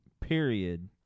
period